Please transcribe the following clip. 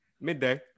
Midday